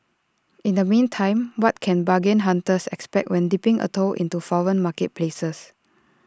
in the meantime what can bargain hunters expect when dipping A toe into foreign marketplaces